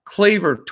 Claver